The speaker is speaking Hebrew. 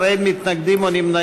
17, אין מתנגדים או נמנעים.